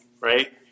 right